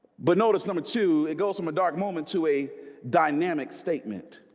but notice number two, it goes from a dark moment to a dynamic statement